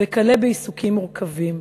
וכלה בעיסוקים מורכבים.